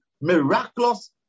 miraculous